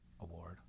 award